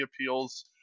appeals